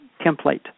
template